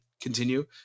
continue